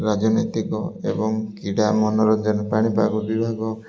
ରାଜନୈତିକ ଏବଂ କ୍ରୀଡ଼ା ମନୋରଞ୍ଜନ ପାଣିପାଗ ବିଭାଗ